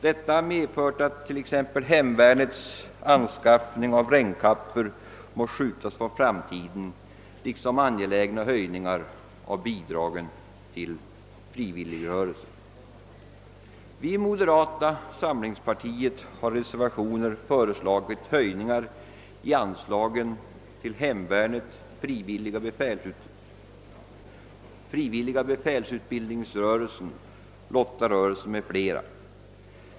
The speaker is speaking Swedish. Detta har medfört att t.ex. hemvärnets anskaffning av regnkappor fått skjutas på framtiden liksom angelägna höjningar av bidragen till frivilligrörelser. Vi i moderata samlingspartiet har i reservationen föreslagit höjningar av anslagen till hemvärnet, frivilliga befälsutbildningsrörelsen, lottarörelsen m.fl.